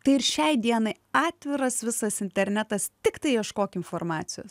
tai ir šiai dienai atviras visas internetas tiktai ieškok informacijos